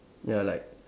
ya like